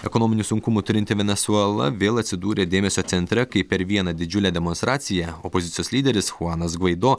ekonominių sunkumų turinti venesuela vėl atsidūrė dėmesio centre kai per vieną didžiulę demonstraciją opozicijos lyderis chuanas gvaido